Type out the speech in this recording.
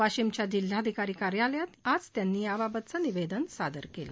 वाशिमच्या जिल्हाधिकारी कार्यालयात आज त्यांनी याबाबतचं निवेदन सादर केलं